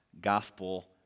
gospel